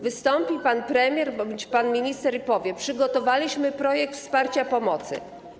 Wystąpi pan premier bądź pan minister i powie: Przygotowaliśmy projekt wsparcia pomocy.